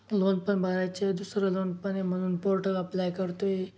loan पण भरायचे दुसरं लोन पण आहे म्हणून पोर्टल अप्लाय करतो आहे